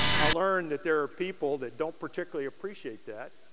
i learned that there are people that don't particularly appreciate that.